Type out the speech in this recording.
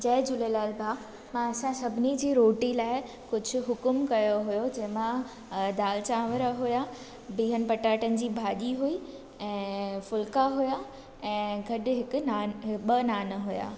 जय झूलेलाल भाउ मां असां सभिनी जी रोटी लाइ कुझु हुकुम कयो हुयो जंहिंमां अ दाल चांवर हुया बिहनि पटाटनि जी भाॼी हुई ऐं फुल्का हुया ऐं गॾु हिकु नान अ ॿ नान हुया